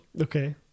okay